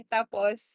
Tapos